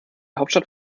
hauptstadt